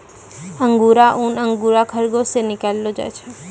अंगुरा ऊन अंगोरा खरगोस से निकाललो जाय छै